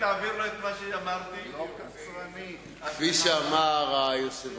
ודאי, נטורי קרתא הם שומרי החומות, שומרי העיר.